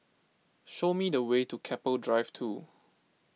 show me the way to Keppel Drive two